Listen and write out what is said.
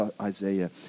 Isaiah